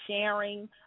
sharing